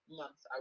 months